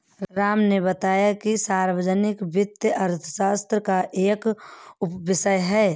राम ने बताया कि सार्वजनिक वित्त अर्थशास्त्र का एक उपविषय है